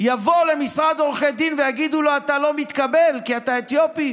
לא יבוא למשרד עורכי דין ויגידו לו: אתה לא מתקבל כי אתה אתיופי.